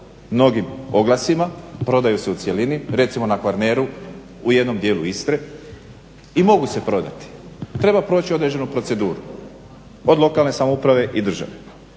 mnogim oglasima, prodaju se u cjelini, recimo na Kvarneru u jednom djelu Istre i mogu se prodati, treba proći određenu proceduru od lokalne samouprave i države.